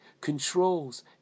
controls